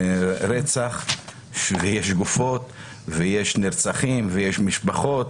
זה רצח ויש גופות ויש נרצחים ויש משפחות.